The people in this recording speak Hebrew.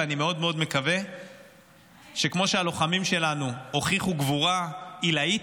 ואני מאוד מאוד מקווה שכמו שהלוחמים שלנו הוכיחו גבורה עילאית,